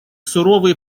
суровый